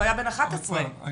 הוא היה בן 11. עוד פעם,